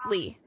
Lee